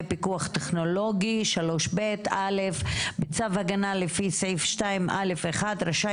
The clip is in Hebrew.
פיקוח טכנולוגי 3ב. (א)בצו הגנה לפי סעיף 2(א)(1) רשאי